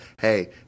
Hey